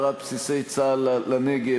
העברת בסיסי צה"ל לנגב.